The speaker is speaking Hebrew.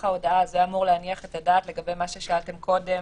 ההודעה" זה אמור להניח את הדעת לגבי מה ששאלתם קודם,